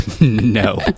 no